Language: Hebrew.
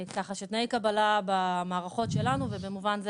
ככה שתנאי קבלה במערכות שלנו ובמובן זה